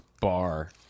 bar